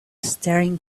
staring